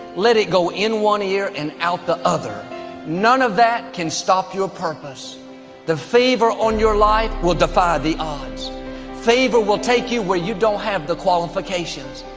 let it go in one ear and out the other none of that can stop your purpose the favor on your life will defy the odds favor will take you where you don't have the qualifications.